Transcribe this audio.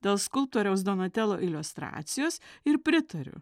dėl skulptoriaus donatelo iliustracijos ir pritariu